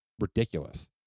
ridiculous